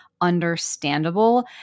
understandable